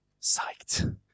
psyched